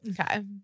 Okay